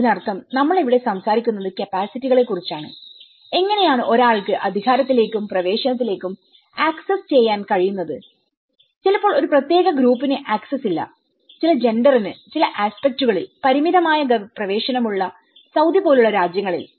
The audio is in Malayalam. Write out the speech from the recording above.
അതിനർത്ഥം നമ്മൾ ഇവിടെ സംസാരിക്കുന്നത് കപ്പാസിറ്റികളെ കുറിച്ചാണ് എങ്ങനെയാണ് ഒരാൾക്ക് അധികാരത്തിലേക്കും പ്രവേശനത്തിലേക്കും ആക്സസ് ചെയ്യാൻ കഴിയുന്നത് ചിലപ്പോൾ ഒരു പ്രത്യേക ഗ്രൂപ്പിന് ആക്സസ്സ് ഇല്ല ചില ജെണ്ടറിന് ചില അസ്പെക്ടുകളിൽ പരിമിതമായ പ്രവേശനമുള്ള സൌദി പോലുള്ള രാജ്യങ്ങളിൽ